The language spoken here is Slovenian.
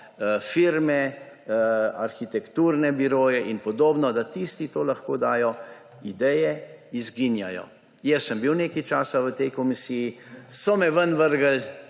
firme, arhitekturne biroje in podobno, da tisti to lahko dajo, ideje izginjajo. Jaz sem bil nekaj časa v tej komisiji, so me vrgli